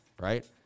right